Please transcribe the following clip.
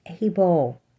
able